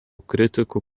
kritikų